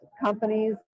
companies